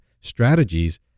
strategies